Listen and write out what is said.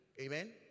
Amen